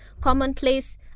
commonplace